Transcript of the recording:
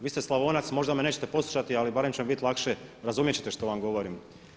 Vi ste Slavonac možda me nećete poslušati, ali barem će mi biti lakše razumjet ćete što vam govorim.